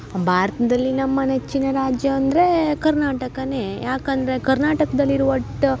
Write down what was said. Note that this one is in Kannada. ಭಾರತದಲ್ಲಿ ನಮ್ಮ ನೆಚ್ಚಿನ ರಾಜ್ಯ ಅಂದರೆ ಕರ್ನಾಟಕನೇ ಯಾಕೆಂದ್ರೆ ಕರ್ನಾಟಕದಲ್ಲಿರುವ ಒಟ್ಟು